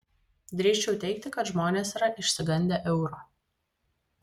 drįsčiau teigti kad žmonės yra išsigandę euro